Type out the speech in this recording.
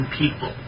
people